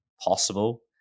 possible